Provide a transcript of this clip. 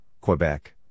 Quebec